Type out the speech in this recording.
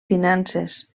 finances